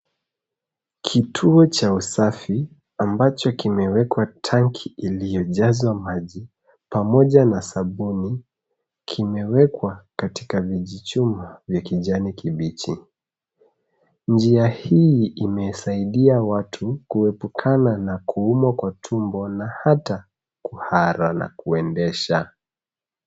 Kituo cha usafi ambacho kimewekwa tanki kilichojazwa maji, pamoja na sabuni, kimewekwa katika vijichuma vya kijani kibichi. Njia hii imesaidia watu kuepukana ka kuumwa kwa tumbo na hata kuhara na kuendesha.